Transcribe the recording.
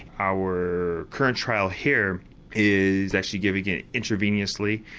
our current trial here is actually giving it intravenously,